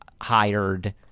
hired